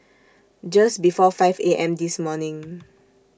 Just before five A M This morning